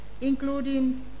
including